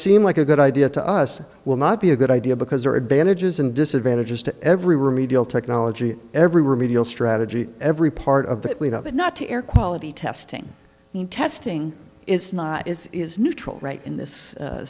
seem like a good idea to us will not be a good idea because there are advantages and disadvantages to every remedial technology every remedial strategy every part of the cleanup not to air quality testing and testing is not is is neutral right in this